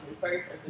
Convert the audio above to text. first